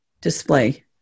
display